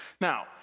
Now